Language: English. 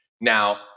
now